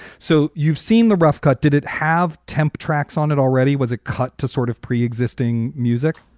so you've seen the rough cut. did it have temp tracks on? it already was a cut to sort of pre-existing music?